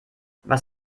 was